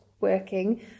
working